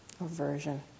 aversion